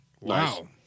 Wow